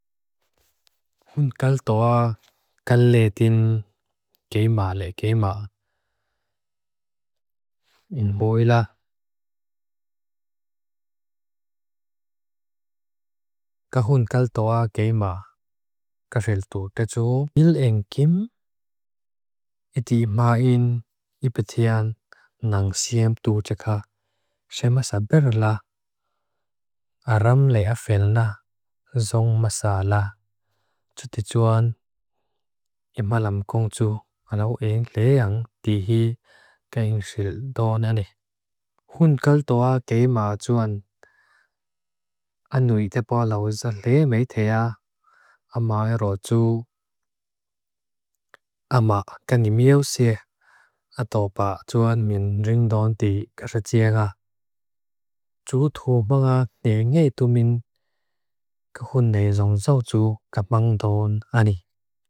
Kun kal toa kal le din geima le geima, in boi la, ka hun kal toa geima, ka fele tu gejo bil en kim. Eti ma in ipetian nang siyem tu chakha, shem asaber la, aram le afel na zong masala, chu ti chuan. Ima lam kon chu, anau en le yang di hi, geng shi do na ne. Kun kal toa geima chuan, anui te boi lu zale meithe ya, ama e ro chu, ama gany meo siye. Ado ba chuan men rin don di ge shi chie ya, chu tu boi na ne yi do men, ka hun le rung so chu ka bong don anui.